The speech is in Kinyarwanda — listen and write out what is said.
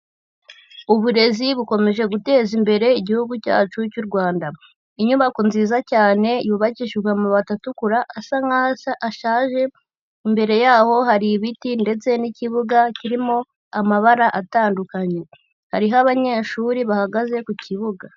Uburezi bukomeje guteza imbere igihugu cyacu cy'u Rwanda. Inyubako nziza cyane, yubakishijwe amabati atukura asa nk'aho ashaje, imbere yaho hari ibiti ndetse n'ikibuga kirimo amabara atandukanye. Hariho abanyeshuri bahagaze ku kibuga.